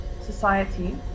society